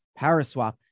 Paraswap